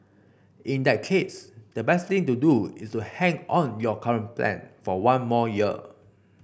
in that case the best thing to do is to hang on your current plan for one more year